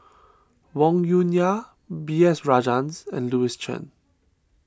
Wong Yoon Wah B S Rajhans and Louis Chen